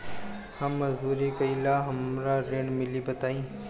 हम मजदूरी करीले हमरा ऋण मिली बताई?